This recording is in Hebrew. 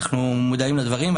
אנחנו מודעים לדברים,